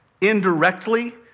indirectly